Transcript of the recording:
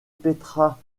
petra